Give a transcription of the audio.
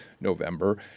November